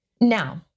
Now